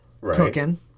cooking